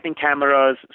cameras